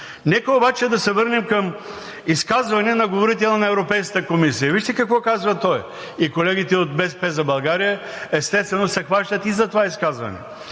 Нека обаче да се върнем към изказване на говорител на Европейската комисия. Вижте какво казва той – и колегите от „БСП за България“, естествено, се хващат и за това изказване: